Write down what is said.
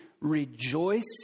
rejoice